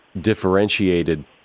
differentiated